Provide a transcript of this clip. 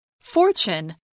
Fortune